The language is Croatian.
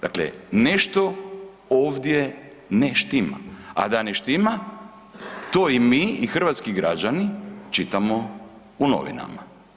Dakle, nešto ovdje ne štima, a da ne štima to i mi i hrvatski građani čitamo u novinama.